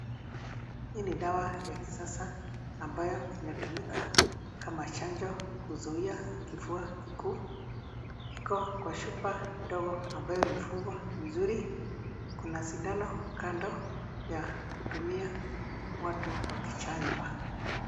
Hii ni dawa ya kisasa ambayo inatumika kama chanjo kuzuia kifua kikuu. Iko kwa chupa dogo ambayo umefungwa vizuri. Kuna sindano kando ya kutumia watu wakichanjwa.